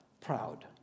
proud